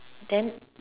then